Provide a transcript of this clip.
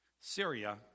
Syria